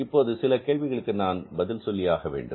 இப்போது சில கேள்விகளுக்கு நாம் பதில் சொல்லியாக வேண்டும்